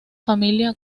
familia